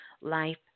Life